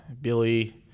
Billy